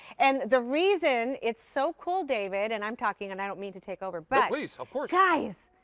and the reason it's so cool, david, and i'm talking and i don't mean to take over. but please, of course. guys,